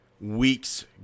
Weeks